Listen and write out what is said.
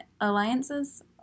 alliances